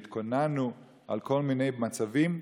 והתכוננו לכל מיני מצבים,